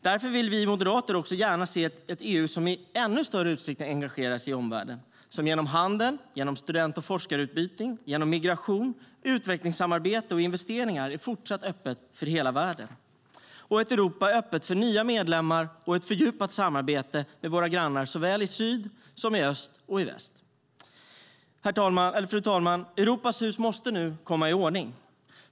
Därför vill vi moderater också gärna se ett EU som i ännu större utsträckning engagerar sig i omvärlden och som genom handel, student och forskarutbyten, migration, utvecklingssamarbete och investeringar är fortsatt öppet för hela världen. Det handlar om ett Europa som är öppet för nya medlemmar och ett fördjupat samarbete med våra grannar i såväl syd som i öst och väst. Fru talman! Europas hus måste komma i ordning.